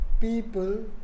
people